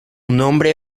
nombre